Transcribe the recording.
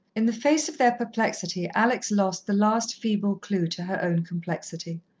in the face of their perplexity, alex lost the last feeble clue to her own complexity.